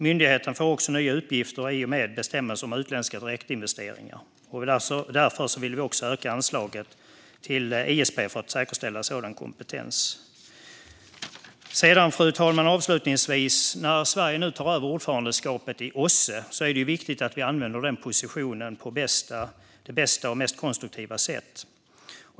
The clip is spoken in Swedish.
Myndigheten får också nya uppgifter i och med bestämmelserna om utländska direktinvesteringar. Vi vill därför öka anslaget till ISP för att säkerställa sådan kompetens. Avslutningsvis, fru talman - när Sverige nu tar över ordförandeskapet i OSSE är det viktigt att vi använder den positionen på det bästa och mest konstruktiva sättet.